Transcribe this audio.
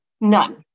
none